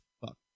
fuck